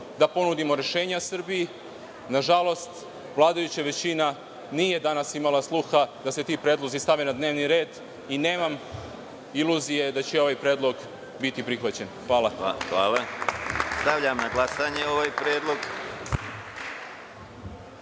da ponudimo rešenja Srbiji. Nažalost, vladajuća većina nije danas imala sluha da se ti predlozi stave na dnevni red i nemam iluzije da će ovaj predlog biti prihvaćen. Hvala. **Konstantin Arsenović**